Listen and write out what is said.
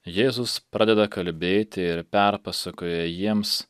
jėzus pradeda kalbėti ir perpasakoja jiems